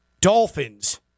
Dolphins